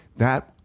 that,